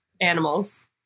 animals